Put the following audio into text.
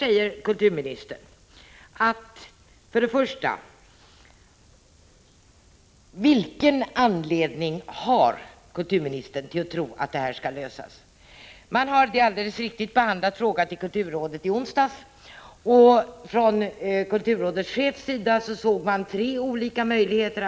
Den första är: Av vilken anledning tror kulturministern att denna fråga skall kunna lösas? Man har alldeles riktigt behandlat frågan i kulturrådet i onsdags, och kulturrådets chef såg tre olika möjligheter.